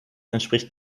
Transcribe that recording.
entspricht